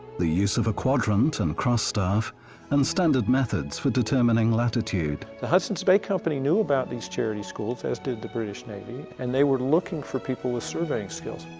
the use of a quadrant and cross staff and standard methods for determining latitude. the hudson's bay co. knew about these charity schools as did the british navy and they were looking for people with surveying skills.